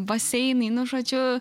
baseinai nu žodžiu